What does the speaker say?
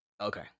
Okay